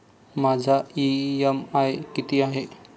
माझा इ.एम.आय किती आहे?